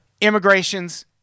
Immigrations